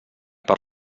per